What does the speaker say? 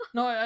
No